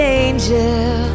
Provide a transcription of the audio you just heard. angel